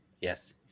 Yes